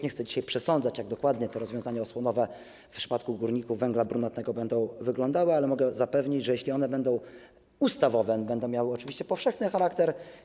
Nie chcę dzisiaj przesądzać, jak dokładnie te rozwiązania osłonowe w przypadku górników węgla brunatnego będą wyglądały, ale mogę zapewnić, że jeśli będą ustawowe, to oczywiście będą miały powszechny charakter.